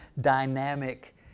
dynamic